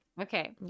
Okay